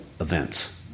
events